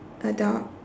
adult